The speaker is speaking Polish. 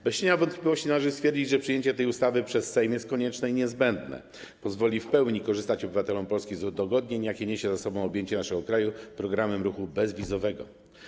Bez cienia wątpliwości należy stwierdzić, że przyjęcie tej ustawy przez Sejm jest konieczne i niezbędne, pozwoli w pełni korzystać obywatelom Polski z udogodnień, jakie niesie ze sobą objęcie naszego kraju programem ruchu bezwizowego.